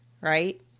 right